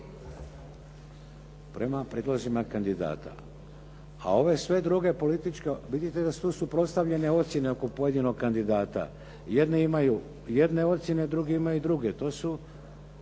Prema prijedlozima kandidata. A ove sve druge političke, vidite da su suprotstavljene ocjene oko pojedinog kandidata. Jedne imaju jedne ocjene, druge imaju druge. To su